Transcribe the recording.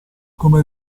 come